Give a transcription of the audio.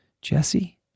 Jesse